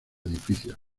edificios